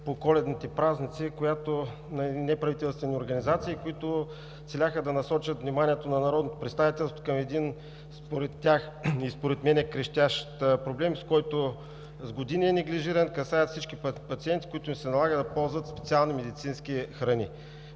по коледните празници на неправителствените организации, които целяха да насочат вниманието на народното представителство към един според тях и според мен крещящ проблем, който с години е неглижиран и касае всички пациенти, на които им се налага да ползват специални медицински храни.